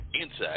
inside